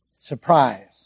surprise